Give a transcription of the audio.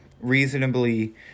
reasonably